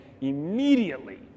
immediately